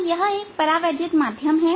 अब यह एक परावैद्युत माध्यम है